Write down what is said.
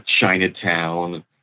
Chinatown